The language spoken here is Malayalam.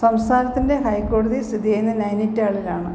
സംസ്ഥാനത്തിന്റെ ഹൈ കോടതി സ്ഥിതി ചെയ്യുന്നത് നൈനിറ്റാളിലാണ്